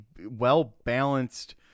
well-balanced –